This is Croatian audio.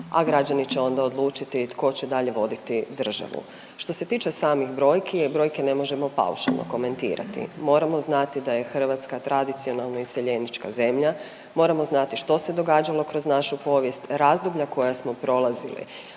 a građani će onda odlučiti tko će dalje voditi državu. Što se tiče samih brojki, brojke ne možemo paušalo komentirati, moramo znati da je Hrvatska tradicionalno iseljenička zemlja, moramo znati što se događalo kroz našu povijest, razdoblja koja smo prolazili,